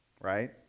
right